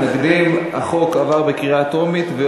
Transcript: התשע"ג 2013,